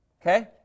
okay